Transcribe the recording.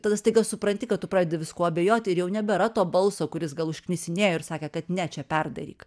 tada staiga supranti kad tu pradedi viskuo abejot ir jau nebėra to balso kuris gal už knisinėjo ir sakė kad ne čia perdaryk